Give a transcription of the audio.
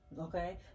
okay